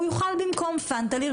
הוא יוכל לרשום במקום פנטה.